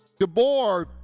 DeBoer